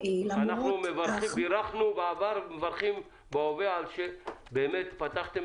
אנחנו בירכנו בעבר ומברכים בהווה על שפתחתם